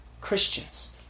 Christians